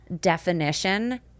definition